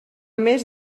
més